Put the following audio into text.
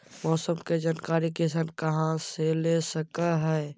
मौसम के जानकारी किसान कहा से ले सकै है?